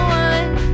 one